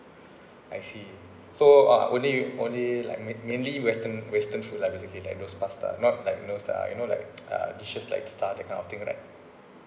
I see so uh only only like main mainly western western food lah basically like those pasta not like those lah you know like uh dishes like tartar that kind of thing right